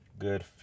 good